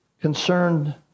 concerned